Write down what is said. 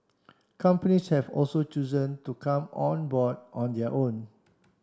companies have also chosen to come on board on their own